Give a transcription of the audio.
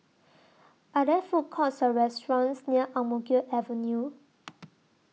Are There Food Courts Or restaurants near Ang Mo Kio Avenue